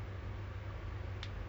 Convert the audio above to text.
ya basically